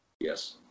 Yes